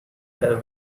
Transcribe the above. their